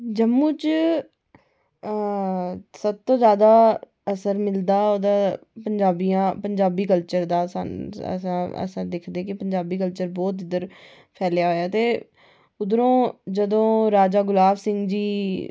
जम्मू च सबतू जैदा असर लभदा पंजाबी कल्चर दा अस दिखदे कि पंजाबी कल्चर बोह्त इद्धर फैलेआ ऐ ते उद्धरूं जदूं राजा गुलाब सिंह जी